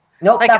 Nope